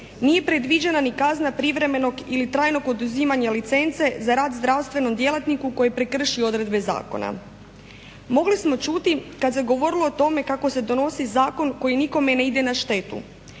Nije predviđena ni kazna privremenog ili trajnog oduzimanja licence za rad zdravstvenom djelatniku koji prekrši odredbe zakona. Mogli smo čuti kad se govorilo o tome kako se donosi zakon koji nikome ne ide na štetu,